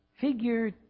figure